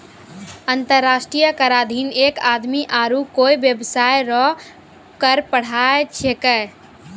अंतर्राष्ट्रीय कराधीन एक आदमी आरू कोय बेबसाय रो कर पर पढ़ाय छैकै